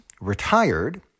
retired